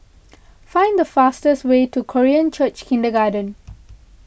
find the fastest way to Korean Church Kindergarten